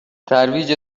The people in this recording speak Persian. ترویج